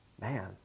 man